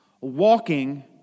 Walking